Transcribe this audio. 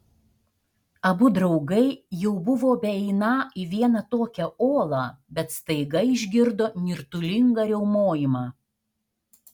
abu draugai jau buvo beeiną į vieną tokią olą bet staiga išgirdo nirtulingą riaumojimą